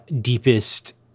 deepest